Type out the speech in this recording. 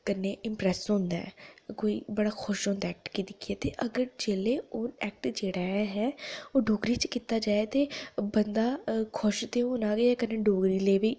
कन्नै इम्प्रैस होंदा ऐ कोई बड़ा खुश होंदा ऐ एक्ट गी दिक्खियै अगर जेह्लै ओह् एक्ट जेह्ड़ा ऐ ओह् डोगरी च कीता जा ते बंदा खुश ते होना गै कन्नै डोगरी लेई बी